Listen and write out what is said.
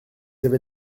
avez